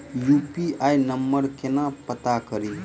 UPI number केना पत्ता कड़ी?